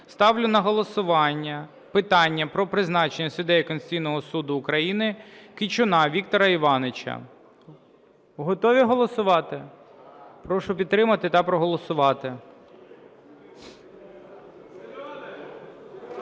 ставлю на голосування питання про призначення суддею Конституційного Суду України Кичуна Віктора Івановича. Готові голосувати? Прошу підтримати та проголосувати.